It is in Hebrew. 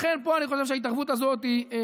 לכן פה אני חושב שההתערבות הזאת מוצדקת.